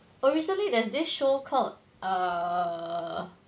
well recently there's this show called err